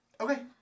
Okay